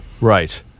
Right